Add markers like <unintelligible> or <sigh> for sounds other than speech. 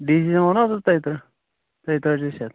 <unintelligible> تیتٲجی شَتھ